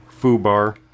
FooBar